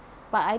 but I